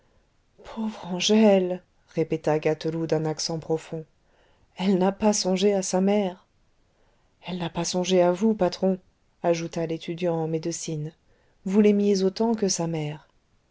pauvre angèle répéta gâteloup d'un accent profond elle n'a pas songé à sa mère elle n'a pas songé à vous patron ajouta l'étudiant en médecine vous l'aimiez autant que sa mère